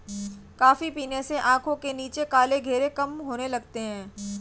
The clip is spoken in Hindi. कॉफी पीने से आंखों के नीचे काले घेरे कम होने लगते हैं